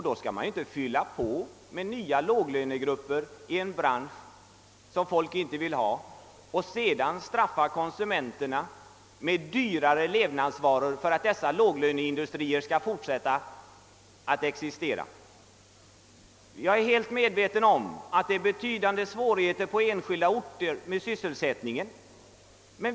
Då bör man inte fylla på med nya låglönegrupper och sedan straffa konsumenterna med högre levnadsomkostnader för att dessa låglöneindustrier skall kunna fortsätta att importera arbetskraft. Jag är medveten om att den utveckling som skett och sker skapar betydande sysselsättningssvårigheter på enskilda orter.